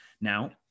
Now